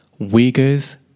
Uyghurs